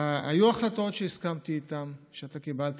היו החלטות שהסכמתי איתן שאתה קיבלת